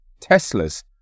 Teslas